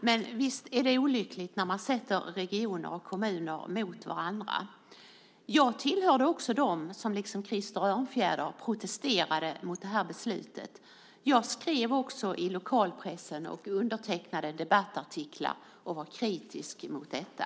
Men visst är det olyckligt när man ställer regioner och kommuner mot varandra. Jag hörde också till dem som liksom Krister Örnfjäder protesterade mot det beslutet. Jag skrev också i lokalpressen, undertecknade debattartiklar och var kritisk mot detta.